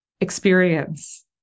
experience